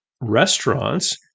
restaurants